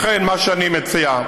לכן, מה שאני מציע,